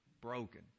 broken